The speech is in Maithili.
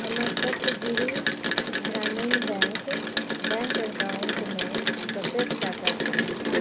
हमर सप्तगिरि ग्रामीण बैंक बैंक अकाउंटमे कतेक टका छै